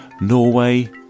Norway